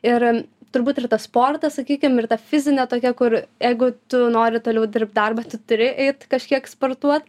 ir turbūt ir tas sportas sakykim ir ta fizinė tokia kur jeigu tu nori toliau dirbt darbą tu turi eit kažkiek sportuot